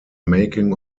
making